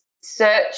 search